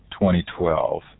2012